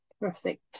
perfect